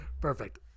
Perfect